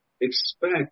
expect